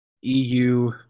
EU